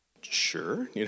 Sure